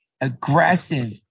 aggressive